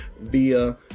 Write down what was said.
via